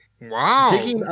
Wow